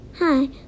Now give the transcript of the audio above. Hi